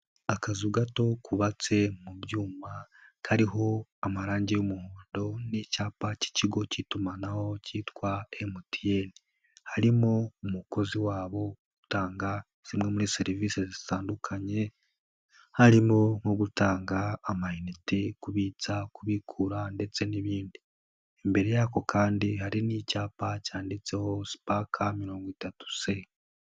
Akazu gato kubatse mu byuma, kariho amarange y'umuhondo n'icyapa k'ikigo k'itumanaho kitwa MTN. Harimo umukozi wabo utanga zimwe muri serivise zitandukanye, harimo nko gutanga amayinite, kubitsa, kubikura ndetse n'ibindi, imbere yako kandi hari n'icyapa cyanditseho Spark mirongo itatu C.